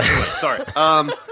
Sorry